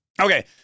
Okay